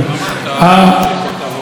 האבטלה,